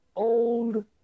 Old